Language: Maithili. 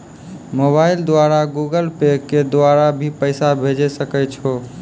मोबाइल द्वारा गूगल पे के द्वारा भी पैसा भेजै सकै छौ?